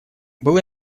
было